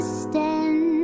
stand